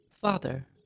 Father